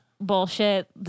bullshit